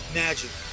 magic